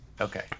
Okay